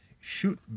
shoot